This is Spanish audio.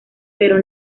pero